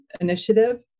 initiative